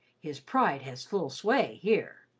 his pride has full sway here.